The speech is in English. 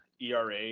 ERA